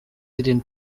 diren